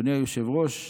אדוני היושב-ראש,